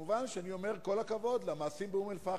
כמובן אני אומר: כל הכבוד על המעשים באום אל-פחם.